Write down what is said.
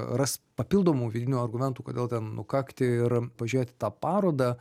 ras papildomų vidinių argumentų kodėl ten nukakti ir pažiūrėti tą parodą